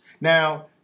Now